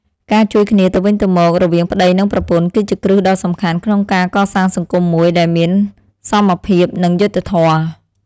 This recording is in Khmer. ការជួយគ្នាទៅវិញទៅមករវាងប្តីនិងប្រពន្ធ គឺជាគ្រឹះដ៏សំខាន់ក្នុងការកសាងសង្គមមួយដែលមានសមភាពនិងយុត្តិធម៌។